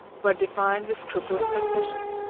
were defined with scrupulous precision.